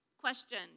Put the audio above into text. question